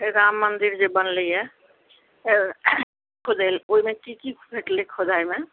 राम मन्दिर जे बनलैए ओहिमे की की भेटलै खोदाइमे